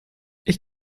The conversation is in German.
ich